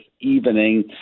evening